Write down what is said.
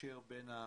מקשר בין האנשים.